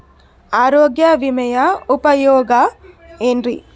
ಆರೋಗ್ಯ ವಿಮೆಯ ಉಪಯೋಗ ಏನ್ರೀ?